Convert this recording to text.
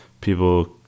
people